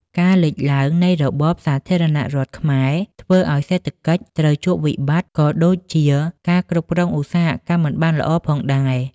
ការលេចឡើង នៃរបបសាធារណរដ្ឋខ្មែរ ធ្វើឲ្យសេដ្ឋកិច្ច ត្រូវជួបវិបត្ត ក៏ដូចជាការគ្រប់គ្រងឧស្សាហកម្មមិនបានល្អផងដែរ។